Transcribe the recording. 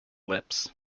lips